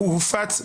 הוא הופץ,